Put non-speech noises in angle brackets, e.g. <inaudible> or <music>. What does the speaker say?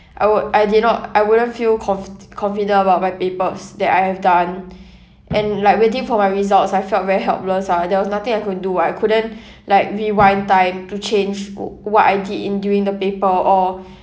I would I did not I wouldn't feel confid~ confident about my papers that I have done and like waiting for my results I felt very helpless ah there was nothing I could do I couldn't <breath> like rewind time to change wh~ what I did in during the paper or